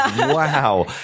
wow